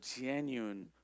genuine